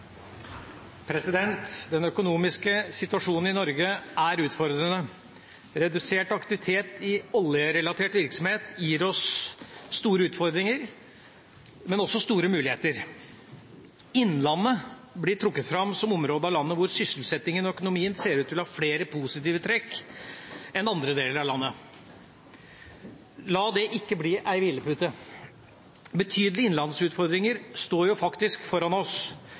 utfordrende. Redusert aktivitet i oljerelatert virksomhet gir oss store utfordringer, men også store muligheter. Innlandet blir trukket fram som et område av landet hvor sysselsettingen og økonomien ser ut til å ha flere positive trekk enn andre deler av landet. La det ikke ble en hvilepute. Betydelige innlandsutfordringer står faktisk foran oss.